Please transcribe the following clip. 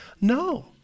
No